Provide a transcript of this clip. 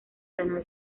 canal